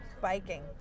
Biking